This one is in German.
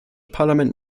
parlament